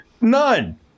none